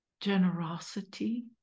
generosity